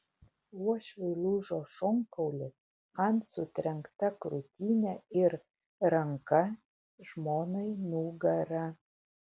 uošviui lūžo šonkaulis man sutrenkta krūtinė ir ranka žmonai nugara